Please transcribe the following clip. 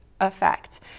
effect